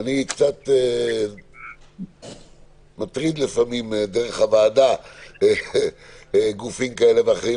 אני קצת מטריד לפעמים דרך הוועדה גופים כאלה ואחרים.